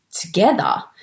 together